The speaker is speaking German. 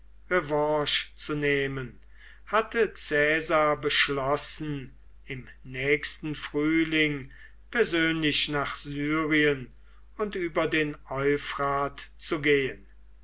zu nehmen hatte caesar beschlossen im nächsten frühling persönlich nach syrien und über den euphrat zu gehen